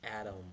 Adam